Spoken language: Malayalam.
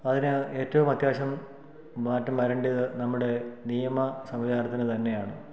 അതിന് ഏറ്റവും അത്യാവശ്യം മാറ്റം വരേണ്ടിയത് നമ്മുടെ നിയമ സംവിധാനത്തിനു തന്നെയാണ്